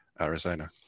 Arizona